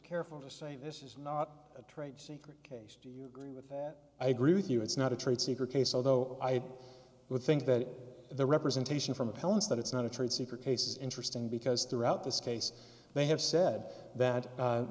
careful to say this is not a trade secret case do you agree with i agree with you it's not a trade secret case although i would think that the representation from appellants that it's not a trade secret case is interesting because throughout this case they have said that